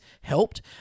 helped